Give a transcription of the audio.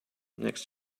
next